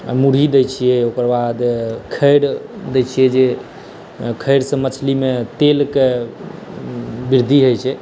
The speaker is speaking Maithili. मुरही दै छियै ओकर बाद खैर दै छियै जे खैर सॅं मछली मे तेल के वृद्धि होइ छै